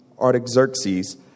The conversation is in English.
Artaxerxes